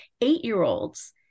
eight-year-olds